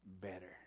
Better